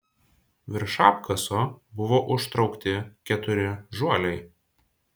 virš apkaso buvo užtraukti keturi žuoliai